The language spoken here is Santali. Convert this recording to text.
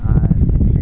ᱟᱨ